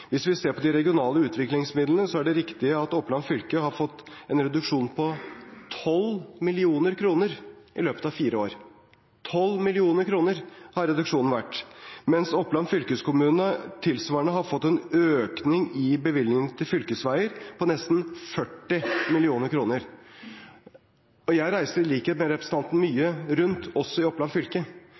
Hvis vi ser på de regionale utviklingsmidlene, er det riktig at Oppland fylke har fått en reduksjon på 12 mill. kr i løpet av fire år – 12 mill. kr har reduksjonen vært – mens Oppland fylkeskommune tilsvarende har fått en økning i bevilgningene til fylkesveier på nesten 40 mill. kr. Jeg reiser, i likhet med representanten, mye rundt, også i Oppland fylke,